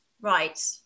right